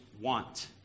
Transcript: want